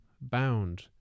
bound